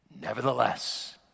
Nevertheless